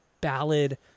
ballad